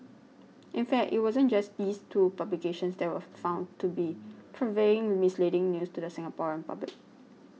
in fact it wasn't just these two publications that were found to be purveying misleading news to the Singaporean public